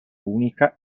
unica